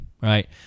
right